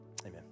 amen